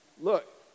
Look